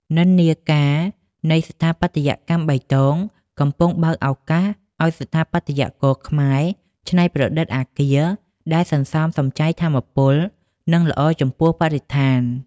និន្នាការនៃ "ស្ថាបត្យកម្មបៃតង" កំពុងបើកឱកាសឱ្យស្ថាបត្យករខ្មែរ ច្នៃប្រឌិតអគារដែលសន្សំសំចៃថាមពល និងល្អចំពោះបរិស្ថាន។